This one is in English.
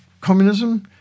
Communism